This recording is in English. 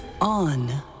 on